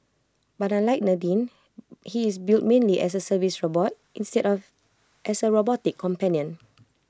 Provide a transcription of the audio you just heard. but unlike Nadine he is built mainly as A service robot instead of as A robotic companion